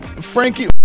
Frankie